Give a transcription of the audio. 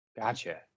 Gotcha